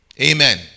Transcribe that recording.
Amen